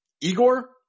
Igor